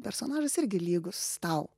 personažas irgi lygus tau